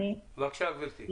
בבקשה, גברתי.